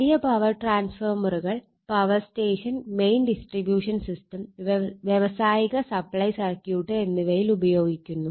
വലിയ പവർ ട്രാൻസ്ഫോർമറുകൾ power station main distribution system വ്യാവസായിക സപ്ലൈ സർക്യൂട്ട് എന്നിവയിൽ ഉപയോഗിക്കുന്നു